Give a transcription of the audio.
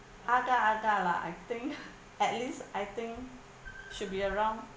agak agak lah I think at least I think should be around